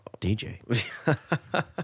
DJ